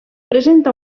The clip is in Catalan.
presenta